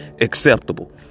acceptable